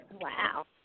Wow